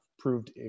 proved